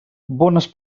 bones